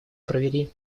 провели